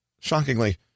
Shockingly